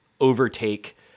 overtake